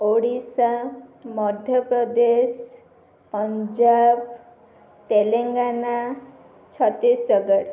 Odisha Madhya Pradesh Punjab Telangana Chhattisgarh